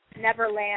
Neverland